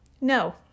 no